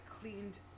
cleaned